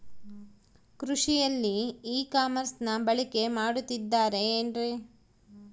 ಕೃಷಿಯಲ್ಲಿ ಇ ಕಾಮರ್ಸನ್ನ ಬಳಕೆ ಮಾಡುತ್ತಿದ್ದಾರೆ ಏನ್ರಿ?